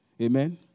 Amen